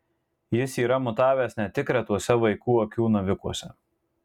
jis yra mutavęs ne tik retuose vaikų akių navikuose